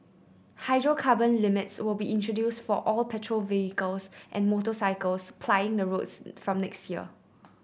hydrocarbon limits will be introduce for all petrol vehicles and motorcycles plying the roads from next year